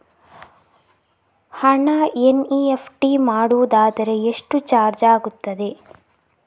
ಹಣ ಎನ್.ಇ.ಎಫ್.ಟಿ ಮಾಡುವುದಾದರೆ ಎಷ್ಟು ಚಾರ್ಜ್ ಆಗುತ್ತದೆ?